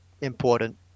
important